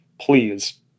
please